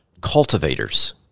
cultivators